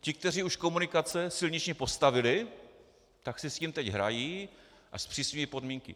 Ti, kteří už komunikace silniční postavili, tak si s tím teď hrají a zpřísňují podmínky.